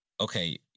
Okay